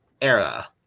era